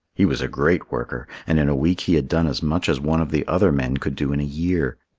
he was a great worker, and in a week he had done as much as one of the other men could do in a year.